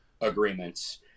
agreements